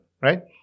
right